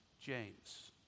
James